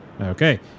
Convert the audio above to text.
Okay